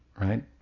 right